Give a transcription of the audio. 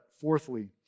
fourthly